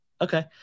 Okay